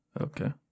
Okay